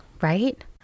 right